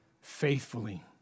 faithfully